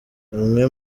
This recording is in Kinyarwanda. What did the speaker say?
bamwe